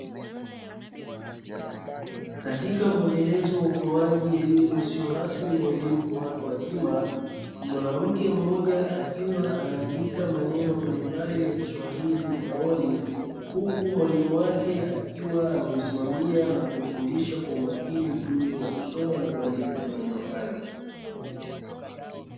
Katika mwendelezo wa utoaji elimu isiyo rasmi na elimu kwa watu wazima, mwanamke mmoja akiwa anaandika maneno mbalimbali ya kiswahili ubaoni, huku mwalimu wake akiwa amemsimamia na kumfundisha kwa umakini juu ya kusoma na kuandika maneno hayo.